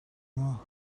maw